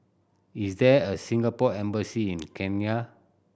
is there a Singapore Embassy in Kenya